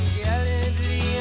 gallantly